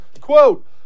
quote